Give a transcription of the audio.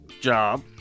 job